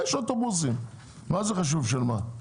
יש אוטובוסים, מה זה חשוב של מה?